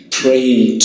praying